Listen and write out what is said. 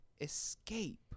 Escape